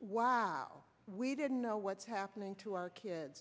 wow we didn't know what's happening to our kids